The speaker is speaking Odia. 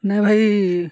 ନାଇଁ ଭାଇ